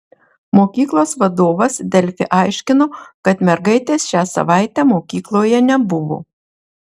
mokyklos vadovas delfi aiškino kad mergaitės šią savaitę mokykloje nebuvo